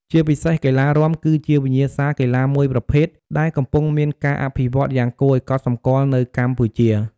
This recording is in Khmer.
ជាពិសេសកីឡារាំ គឺជាវិញ្ញាសាកីឡាមួយប្រភេទដែលកំពុងមានការអភិវឌ្ឍន៍យ៉ាងគួរឱ្យកត់សម្គាល់នៅកម្ពុជា។